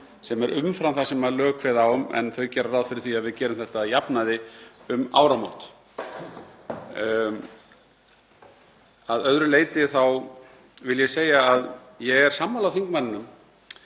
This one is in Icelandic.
sem er umfram það sem lög kveða á um en þau gera ráð fyrir því að við gerum þetta að jafnaði um áramót. Að öðru leyti vil ég segja að ég er sammála þingmanninum